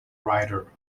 writer